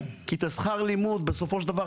כי את השכר לימוד בסופו של דבר,